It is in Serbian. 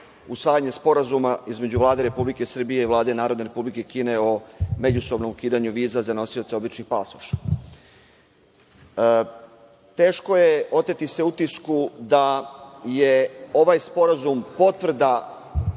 usvajanje sporazuma između Vlade Republike Srbije i Vlade Narodne Republike Kine za ukidanje viza za nosioce običnih pasoša. Teško je oteti se utisku da je ovaj sporazum potvrda